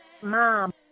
Mom